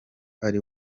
ari